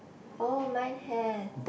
oh mine have